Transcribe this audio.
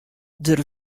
der